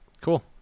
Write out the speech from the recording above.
Cool